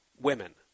women